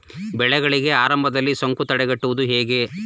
ಬೆಳೆಗಳಿಗೆ ಆರಂಭದಲ್ಲಿ ಸೋಂಕು ತಡೆಗಟ್ಟುವುದು ಹೇಗೆ?